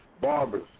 Barbers